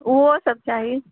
ओहो सब चाही